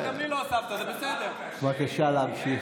בבקשה להמשיך.